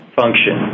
function